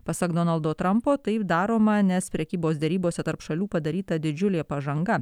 pasak donaldo trampo taip daroma nes prekybos derybose tarp šalių padaryta didžiulė pažanga